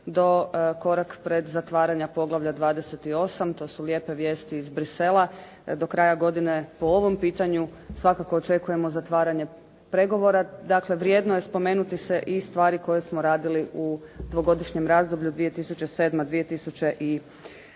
do korak pred zatvaranja poglavlja 28. To su lijepe vijesti iz Bruxellesa. Do kraja godine po ovom pitanju svakako očekujemo zatvaranje pregovora. Dakle, vrijedno je spomenuti se i stvari koje smo radili u dvogodišnjem razdoblju 2007., 2008.